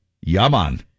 Yaman